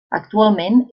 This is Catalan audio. actualment